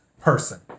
person